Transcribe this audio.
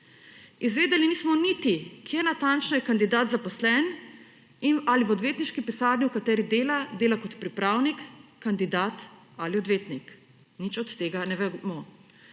Izvedeli nismo niti, kje natančno je kandidat zaposlen in ali v odvetniški pisarni, v kateri dela, dela kot pripravnik, kandidat ali odvetnik. Nič od tega ne vemo.